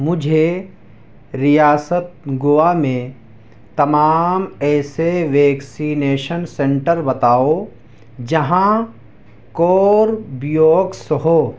مجھے ریاست گوا میں تمام ایسے ویکسینیشن سنٹر بتاؤ جہاں کوربیویکس ہو